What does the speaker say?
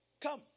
come